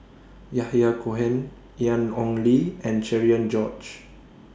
Yahya Cohen Ian Ong Li and Cherian George